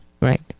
Right